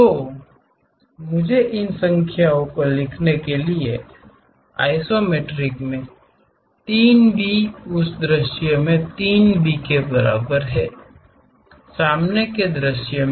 तो मुझे इन संख्याओं को लिखने के लिए आइसमेट्रिक में 3B उस दृश्य में 3B के बराबर है सामने के दृश्य में